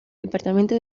departamento